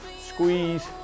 squeeze